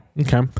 Okay